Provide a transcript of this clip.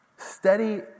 steady